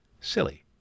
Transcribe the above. Silly